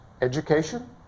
education